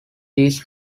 these